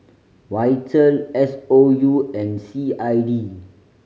Vital S O U and C I D